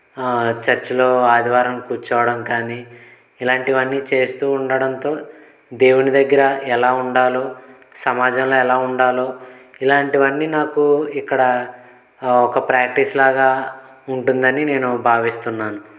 చర్చిలో ఆదివారం కూర్చోవడం కానీ ఇలాంటివన్నీ చేస్తూ ఉండడంతో దేవుడి దగ్గర ఎలా ఉండాలో సమాజంలో ఎలా ఉండాలో ఇలాంటివన్నీ నాకు ఇక్కడ ఒక ప్రాక్టీస్లాగా ఉంటుందని నేను భావిస్తున్నాను